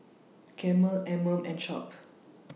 Camel Anmum and Sharp